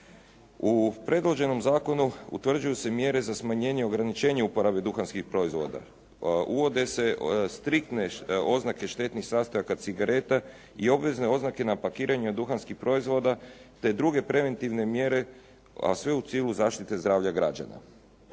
U predloženom zakonu utvrđuju se mjere za smanjenje ograničenja uporabe duhanskih proizvoda. Uvode se striktne oznake štetnih sastojaka cigareta i obvezne oznake na pakiranju duhanskih proizvoda te druge preventivne mjere a sve u cilju zaštite zdravlja građana.